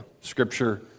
Scripture